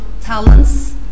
talents